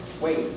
wait